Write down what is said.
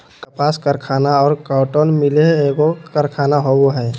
कपास कारखाना और कॉटन मिल एगो कारखाना होबो हइ